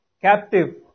captive